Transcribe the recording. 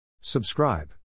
Subscribe